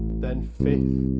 then fifth.